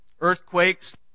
earthquakes